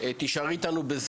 תישארי איתנו בזום.